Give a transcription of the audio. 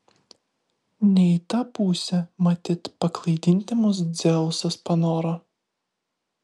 ne į tą pusę matyt paklaidinti mus dzeusas panoro